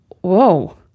Whoa